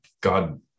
God